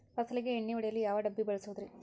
ಫಸಲಿಗೆ ಎಣ್ಣೆ ಹೊಡೆಯಲು ಯಾವ ಡಬ್ಬಿ ಬಳಸುವುದರಿ?